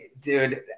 dude